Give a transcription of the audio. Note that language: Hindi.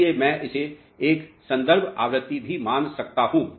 इसलिए मैं इसे एक संदर्भ आवृत्ति भी मान सकता हूं